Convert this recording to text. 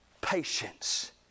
patience